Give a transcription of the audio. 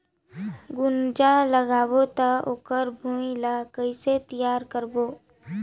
गुनजा लगाबो ता ओकर भुईं ला कइसे तियार करबो?